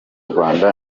rwanda